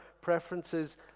preferences